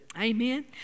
Amen